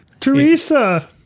Teresa